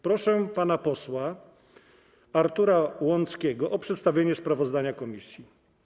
Proszę pana posła Artura Łąckiego o przedstawienie sprawozdania komisji.